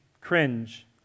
cringe